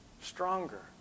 stronger